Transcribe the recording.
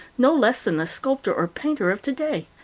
no less than the sculptor or painter of today,